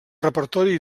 repertori